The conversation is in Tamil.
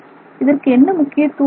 இதற்கு என்ன முக்கியத்துவம் உள்ளது